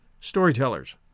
Storytellers